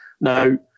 Now